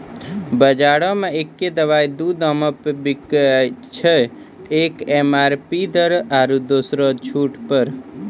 बजारो मे एक्कै दवाइ दू दामो मे बिकैय छै, एक एम.आर.पी दर आरु दोसरो छूट पर